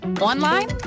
online